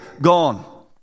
gone